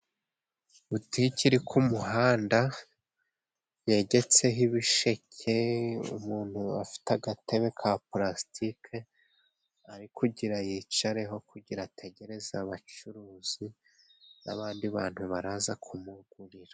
Butike iri ku muhanda, yegetseho ibisheke, umuntu afite agatebe ka parasitirike ari kugira yicareho, kugira ategereze abacuruzi n'abandi bantu baraza kumugurira.